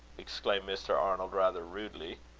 exclaimed mr. arnold, rather rudely.